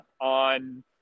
on